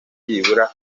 byibura